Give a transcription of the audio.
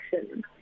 action